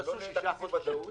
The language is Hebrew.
לא להכניס אי-ודאות